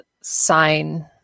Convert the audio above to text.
sign